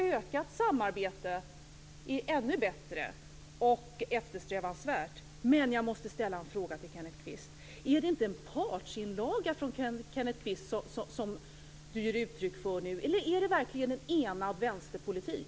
Ökat samarbete är alltså ännu bättre och mer eftersträvansvärt. Men jag måste ställa en fråga till Kenneth Kvist: Är det inte en partsinlaga som Kenneth Kvist ger uttryck för nu? Är detta verkligen en enad vänsterpolitik?